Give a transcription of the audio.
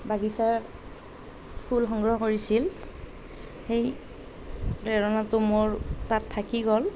বাগিচাৰ ফুল সংগ্ৰহ কৰিছিল সেই প্ৰেৰণাটো মোৰ তাত থাকি গ'ল